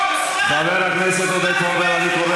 חבל מאוד שאתה משתמש, לא ניתן,